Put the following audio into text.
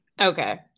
okay